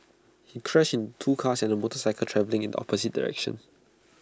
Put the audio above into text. he crashed in two cars and A motorcycle travelling in the opposite direction